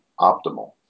optimal